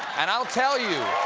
and i'll tell you